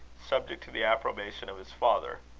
subject to the approbation of his father.